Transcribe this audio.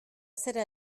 zera